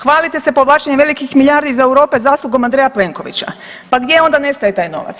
Hvalite se povlačenjem velikih milijardi iz Europe zaslugom Andreja Plenkovića pa gdje onda nestaje taj novac?